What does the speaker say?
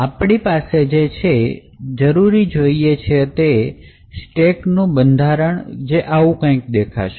આપણે છે જરૂરી જોઈએ છીએ તે સ્ટેકનો બંધારણ છે કે જે આવું કંઈક દેખાશે